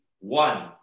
One